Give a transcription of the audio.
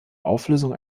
auflösung